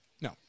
No